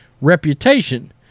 reputation